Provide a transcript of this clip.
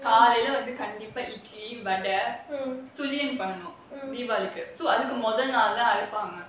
காலை:kaalai leh வந்து கண்டிப்பா இட்லி வா:vanthu kandippa idli vaa dah deepavali க்கு அதுக்கு மொத நாள் தான் அரைப்பாங்க:kku athuku motha naal than araipaanga